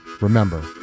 Remember